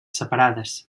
separades